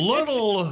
Little